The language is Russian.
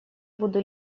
буду